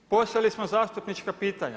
Poslali smo zastupnička pitanja.